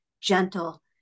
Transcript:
gentle